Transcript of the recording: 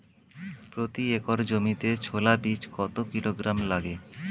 প্রতি একর জমিতে ছোলা বীজ কত কিলোগ্রাম লাগে?